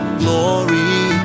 glory